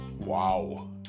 Wow